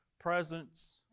presence